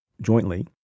jointly